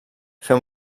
fem